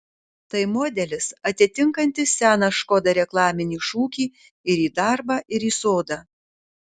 tai modelis atitinkantis seną škoda reklaminį šūkį ir į darbą ir į sodą